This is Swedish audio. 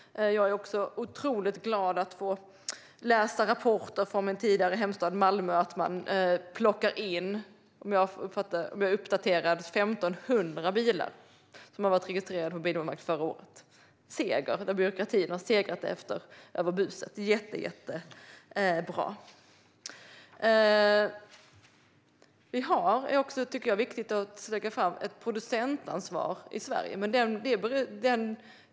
Jag har också blivit otroligt glad över att läsa rapporter från min tidigare hemstad Malmö att man där förra året plockade in - om jag är uppdaterad - 1 500 bilar som var registrerade på bilmålvakter. Det är en seger för byråkratin. Byråkratin har segrat över buset. Det är jättebra. Det är också viktigt att säga att det finns ett producentansvar i Sverige.